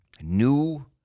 new